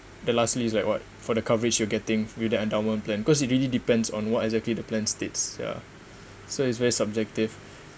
the last list like what for the coverage you're getting with the endowment plan cause it really depends on what exactly the plan states ya so it's very subjective